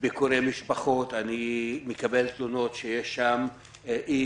אני מקבל תלונות לגבי ביקורי משפחות